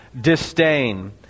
Disdain